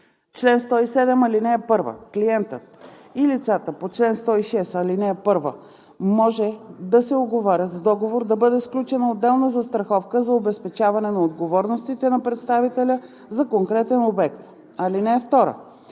Чл. 107. (1) Клиентът и лицата по чл. 106, ал. 1 може да се уговорят с договор да бъде сключена отделна застраховка за обезпечаване на отговорностите на представителя за конкретен обект. (2)